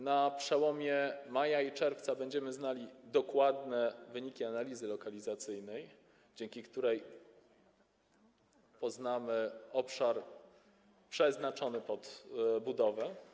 Na przełomie maja i czerwca będziemy znali dokładne wyniki analizy lokalizacyjnej, dzięki której poznamy obszar przeznaczony pod budowę.